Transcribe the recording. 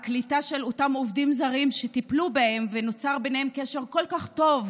שאותם עובדים זרים טיפלו בהם ונוצר ביניהם קשר כל כך טוב,